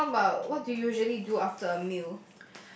how bout what do you usually do after a meal